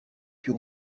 puis